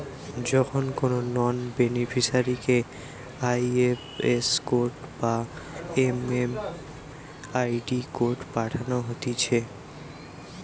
যখন কোনো নন বেনিফিসারিকে আই.এফ.এস কোড বা এম.এম.আই.ডি কোড পাঠানো হতিছে